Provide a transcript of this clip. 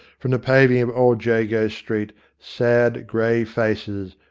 from the paving of old jago street sad grey faces,